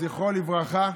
זיכרונו לברכה,